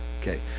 okay